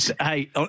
hey